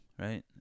right